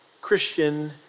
Christian